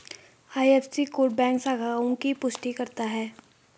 IFSC code bank शाखाओं की पुष्टि करता है